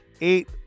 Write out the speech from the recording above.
Eight